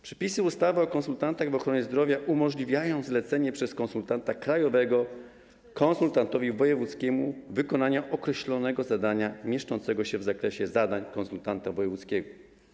Przepisy ustawy o konsultantach w ochronie zdrowia umożliwiają zlecenie przez konsultanta krajowego konsultantowi wojewódzkiemu wykonania określonego zadania mieszczącego się w zakresie zadań konsultanta wojewódzkiego.